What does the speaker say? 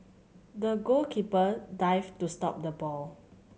the goalkeeper dived to stop the ball